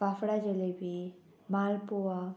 फाफडा जलेबी माल पुवा